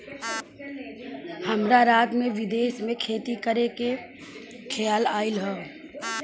हमरा रात में विदेश में खेती करे के खेआल आइल ह